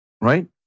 Right